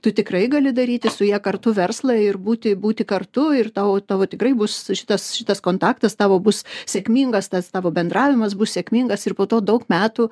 tu tikrai gali daryti su ja kartu verslą ir būti būti kartu ir tau tikrai bus šitas šitas kontaktas tavo bus sėkmingas tas tavo bendravimas bus sėkmingas ir po to daug metų